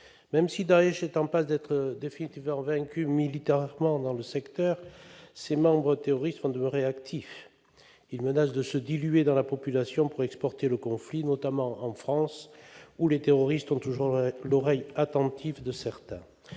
Même si Daech est en passe d'être définitivement vaincu militairement dans le secteur, ses membres terroristes demeureront actifs. Ils menacent de se diluer dans la population pour exporter le conflit, notamment en France, où les terroristes ont toujours l'oreille attentive de certains